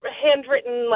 handwritten